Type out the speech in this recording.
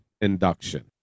induction